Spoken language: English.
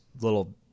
little